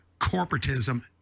corporatism